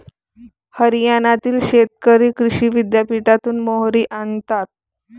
हरियाणातील शेतकरी कृषी विद्यापीठातून मोहरी आणतात